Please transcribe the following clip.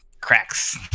cracks